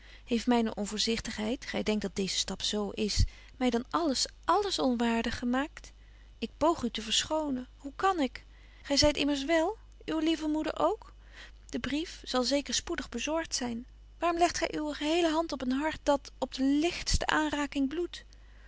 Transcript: heeft myne onvoorzigtigheid gy denkt dat deeze stap z is my dan alles alles onwaardig gemaakt ik poog u te verschonen hoe kan ik gy zyt immers wél uwe lieve moeder ook de brief zal zeker spoedig bezorgt zyn waarom legt gy uwe geheele hand op een hart dat op de ligtste aanraking bloedt